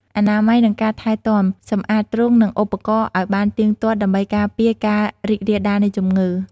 អនាម័យ និងការថែទាំ សម្អាតទ្រុង និងឧបករណ៍ឲ្យបានទៀងទាត់ដើម្បីការពារការរីករាលដាលនៃជំងឺ។